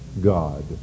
God